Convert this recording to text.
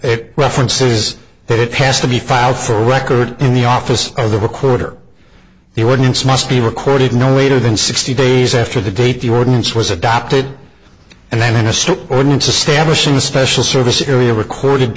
it references that it passed to be filed for the record in the office of the record or the ordinance must be recorded no later than sixty days after the date the ordinance was adopted and then understood ordinance establishing the special services area recorded